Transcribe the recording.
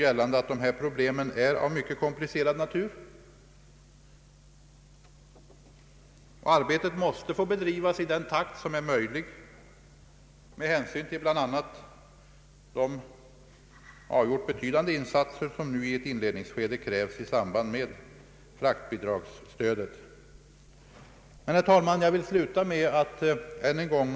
Jag hoppas att ingen har någon annan uppfattning än att arbetet på ett eventuellt persontransportstöd måste få bedrivas i den takt som är möjlig bl.a. med hänsyn till de betydande insatser som nu i ett inledningsskede krävs i samband med fraktbidragsstödet. Detta har jag sagt, och det ligger i linje med vad utskottsmajoriteten också har ansett.